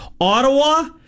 Ottawa